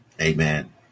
Amen